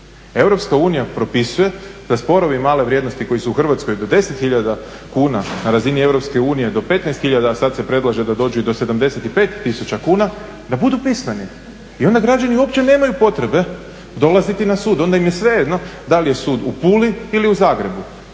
Europska unija propisuje da sporovi male vrijednosti koji su u Hrvatskoj do 10 tisuća kuna na razini Europske unije do 15 tisuća, a sad se predlaže da dođu i do 75 tisuća kuna, da budu pismeni. I onda građani uopće nemaju potrebe dolaziti na sud, onda im je svejedno da li je sud u Puli ili u Zagrebu.